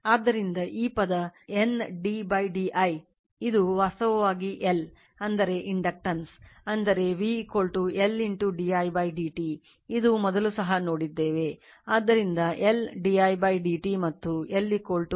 ಆದ್ದರಿಂದ ಈ ಪದ N d d i ಇದು ವಾಸ್ತವವಾಗಿ L ಅಂದರೆ ಇಂಡಕ್ಟನ್ಸ್ ಅಂದರೆ v L d i d t ಇದು ಮೊದಲು ಸಹ ನೋಡಿದ್ದೇವೆ ಆದ್ದರಿಂದ L d i d t